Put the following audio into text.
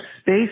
space